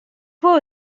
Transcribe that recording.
voit